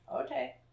Okay